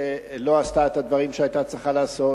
שלא עשתה את הדברים שהיתה צריכה לעשות?